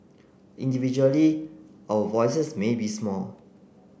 individually our voices may be small